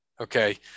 Okay